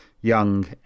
Young